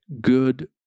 good